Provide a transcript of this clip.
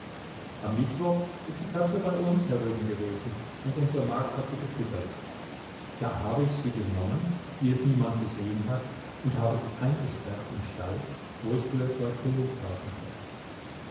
am mittwoch ist die katze bei uns herüben gewesen und unsere magd hat sie gefüttert da habe ich sie genommen wie es niemand gesehen hat und habe sie eingesperrt im stall wo ich früher zwei könighasen hatte